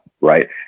right